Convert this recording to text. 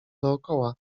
dookoła